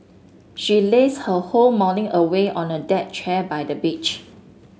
she lazed her whole morning away on a deck chair by the beach